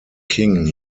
king